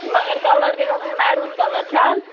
مگر کَلر گژھہِ آسُن میروٗن کَلر چھا حظ